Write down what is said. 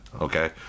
okay